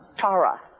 Tara